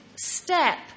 step